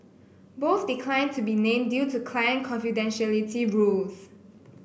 both declined to be named due to client confidentiality rules